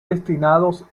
destinados